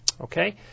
okay